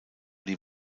die